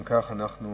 אם כך, אנחנו